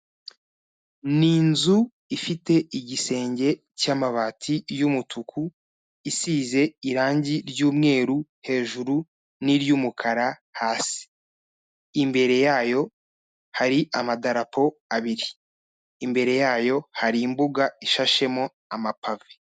Ni inzu ifite igisenge cy'amabati y'umutuku, isize irangi ry'umweru hejuru n'iry'umukara hasi. Imbere yayo hari amadarapo abiri. Imbere yayo hari imbuga ishashemo amapave.